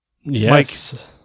Yes